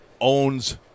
owns –